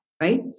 right